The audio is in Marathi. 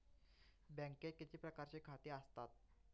बँकेत किती प्रकारची खाती आसतात?